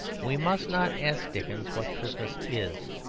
we must not ask dickens what christmas is,